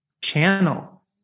channel